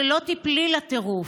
שלא תיפלי לטירוף,